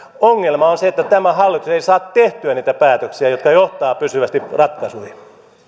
ongelma on se että tämä hallitus ei saa tehtyä niitä päätöksiä jotka johtavat pysyvästi ratkaisuihin